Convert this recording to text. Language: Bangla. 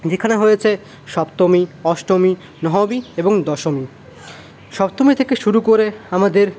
যেখানে হয়েছে সপ্তমী অষ্টমী নবমী এবং দশমী সপ্তমী থেকে শুরু করে আমাদের